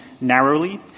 narrowly